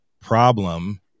problem